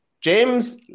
James